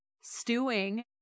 stewing